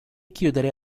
chiudere